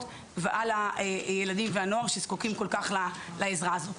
ועל הילדים והנוער זקוקים כל כך לעזרה הזאת.